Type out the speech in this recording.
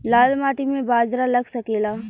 लाल माटी मे बाजरा लग सकेला?